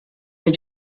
they